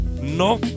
No